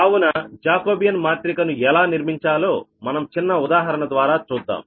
కావున జాకోబియాన్ మాత్రిక ను ఎలా నిర్మించాలో మనం చిన్న ఉదాహరణ ద్వారా చూద్దాం